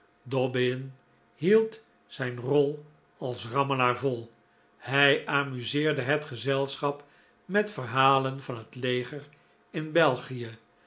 hield zijn rol als rammelaar vol hij amuseerde het gezelschap met verhalen van het leger in belgie